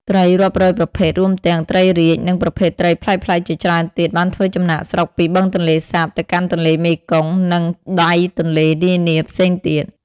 ត្រីរាប់រយប្រភេទ រួមទាំង ត្រីរាជ និងប្រភេទត្រីប្លែកៗជាច្រើនទៀត បានធ្វើចំណាកស្រុកពីបឹងទន្លេសាបទៅកាន់ទន្លេមេគង្គ និងដៃទន្លេនានាផ្សេងទៀត។